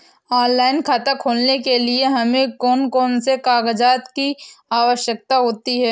Online खाता खोलने के लिए हमें कौन कौन से कागजात की आवश्यकता होती है?